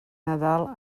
nadal